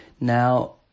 Now